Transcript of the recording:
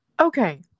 okay